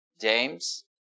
James